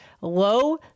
Low